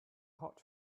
hot